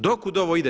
Do kud ovo ide?